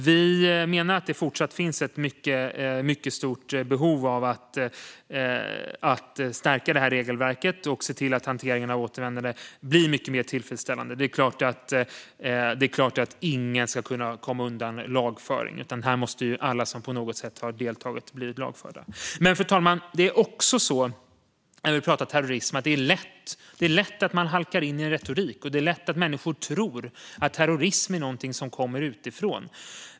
Vi menar att det fortfarande finns ett mycket stort behov av att stärka regelverket och att se till att hanteringen av återvändande blir mycket mer tillfredsställande. Ingen ska kunna komma undan lagföring. Alla som på något sätt har deltagit måste bli lagförda. Fru talman! När vi talar om terrorism är det lätt att halka in i retorik, och det är lätt att människor tror att terrorism är något som kommer utifrån.